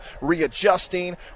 readjusting